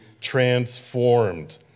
transformed